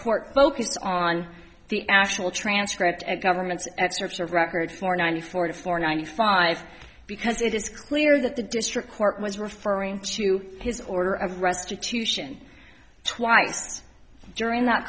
court focus on the actual transcript and government's excerpts of record for ninety four to four ninety five because it is clear that the district court was referring to his order of restitution twice during that